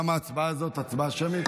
גם ההצבעה הזאת היא הצבעה שמית,